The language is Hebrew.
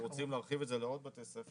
אנחנו רוצים להרחיב את זה לעוד בתי ספר,